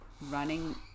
running